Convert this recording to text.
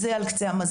כל זאת על קצה המזלג.